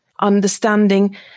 understanding